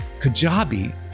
Kajabi